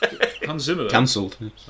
Cancelled